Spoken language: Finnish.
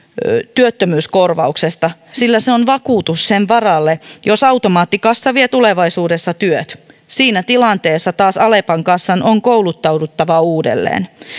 työttömyyskorvauksesta sillä se on vakuutus sen varalle jos automaattikassa vie tulevaisuudessa työt siinä tilanteessa taas alepan kassan on kouluttauduttava uudelleen